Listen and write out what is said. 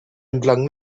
entlang